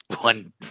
One